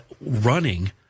running